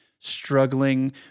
struggling